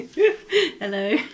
hello